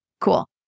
Cool